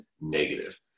negative